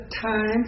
time